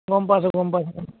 গম পাইছো গম পাইছো